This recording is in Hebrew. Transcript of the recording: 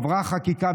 עברה חקיקה,